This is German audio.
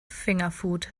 fingerfood